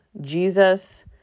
Jesus